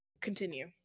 Continue